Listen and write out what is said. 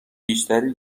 بیشتری